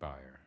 buyer